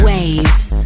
Waves